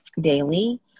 daily